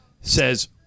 says